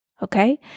Okay